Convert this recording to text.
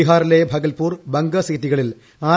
ബിഹാറിലെ ഭഗൽപുർ ബങ്ക സീറ്റുകളിൽ ആർ